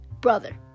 Brother